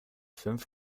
fünf